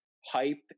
hype